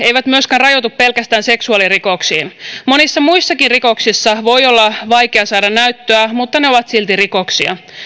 eivät myöskään rajoitu pelkästään seksuaalirikoksiin monissa muissakin rikoksissa voi olla vaikea saada näyttöä mutta ne ovat silti rikoksia